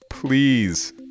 Please